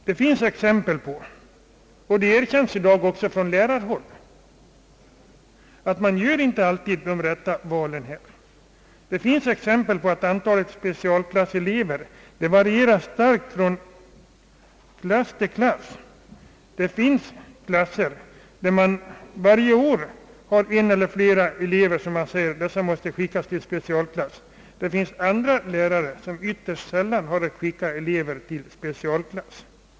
Det finns exempel på att man inte alltid gör ett riktigt urval — detta faktum erkännes i dag också från lärarhåll. Man vet att antalet specialklasselever från olika lärare varierar starkt. Det finns klasser där man varje år har en eller flera elever som enligt läraren måste skickas till specialklass; i andra klasser förekommer det ytterst sällan att elever skickas till specialklass.